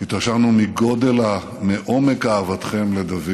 התרשמנו מעומק אהבתכם לדוד